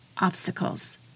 obstacles